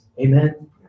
Amen